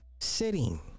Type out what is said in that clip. sitting